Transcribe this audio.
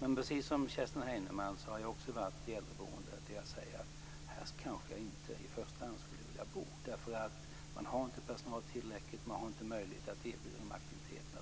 Men precis som Kerstin Heinemann har jag varit i äldreboenden där jag säger att jag kanske inte i första hand skulle vilja bo, därför att det finns inte tillräckligt med personal och inte möjlighet att erbjuda aktiviteter.